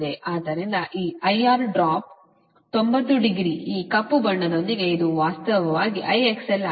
ಆದ್ದರಿಂದ ಈ IR drop 90 degree ಈ ಕಪ್ಪು ಬಣ್ಣದೊಂದಿಗೆ ಇದು ವಾಸ್ತವವಾಗಿ IXL ಆಗಿದೆ